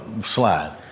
slide